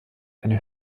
eine